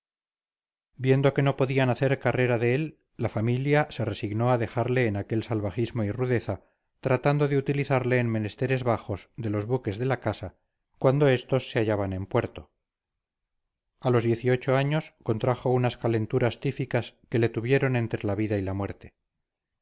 viendo que no podían hacer carrera de él la familia se resignó a dejarle en aquel salvajismo y rudeza tratando de utilizarle en menesteres bajos de los buques de la casa cuando estos se hallaban en puerto a los diez y ocho años contrajo unas calenturas tíficas que le tuvieron entre la vida y la muerte